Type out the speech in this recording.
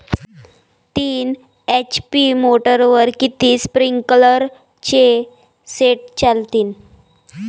तीन एच.पी मोटरवर किती स्प्रिंकलरचे सेट चालतीन?